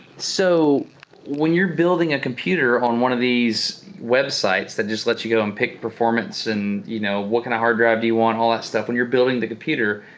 so when you're building a computer on one of these websites that just let you go and pick performance and you know what kind of hard drive do you want, all that stuff, when you're building the computer,